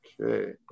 Okay